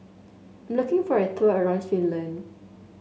looking for a tour around Finland